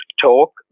talk